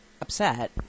upset